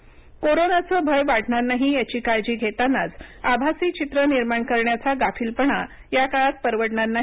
फडणवीस कोरोनाचे भय वाढणार नाही याची काळजी घेतानाच आभासी चित्र निर्माण करण्याचा गाफिलपणा या काळात परवडणार नाही